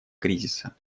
кризиса